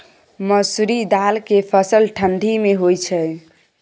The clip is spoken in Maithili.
मसुरि दाल के फसल ठंडी मे होय छै?